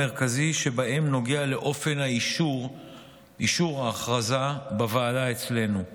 המרכזי שבהם נוגע לאופן אישור ההכרזה בוועדה אצלנו.